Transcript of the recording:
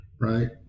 right